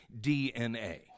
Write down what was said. DNA